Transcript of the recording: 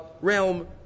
realm